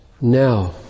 Now